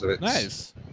Nice